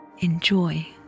Enjoy